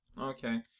Okay